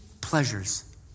pleasures